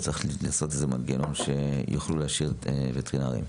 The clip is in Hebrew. צריך לעשות איזה מנגנון שיוכלו להשאיר וטרינרים.